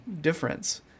difference